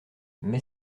mais